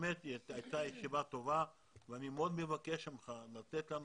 באמת הייתה ישיבה טובה ואני מאוד מבקש ממך לתת לנו